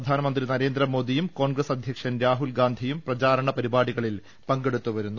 പ്രധാനമന്ത്രി നരേന്ദ്രമോദിയും കോൺഗ്രസ് അധ്യക്ഷൻ രാഹുൽഗാന്ധിയും പ്രചാരണ പരിപാടികളിൽ പങ്കെ ടുത്തുവരുന്നു